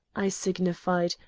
i signified,